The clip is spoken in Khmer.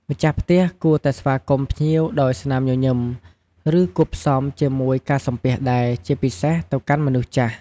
ម្ចាស់ផ្ទះគួរតែស្វាគមន៍ភ្ញៀវដោយស្នាមញញឹម ឬគួបផ្សំជាមួយការសំពះដែរ ជាពិសេសទៅកាន់មនុស្សចាស់។